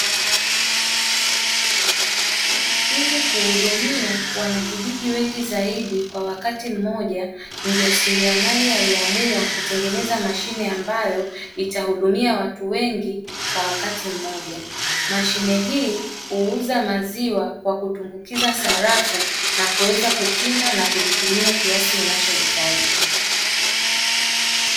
Ili kuhudumia wanakijiji wengi zaidi kwa wakati mmoja mjasiriamali aliamua kutengeneza mashine ambayo itahudumia watu wengi kwa wakati mmoja, mashine hii huuza maziwa kwa kutumbukiza sarafu na kuweza kukinga na kujipimia kiasi unachohitaji.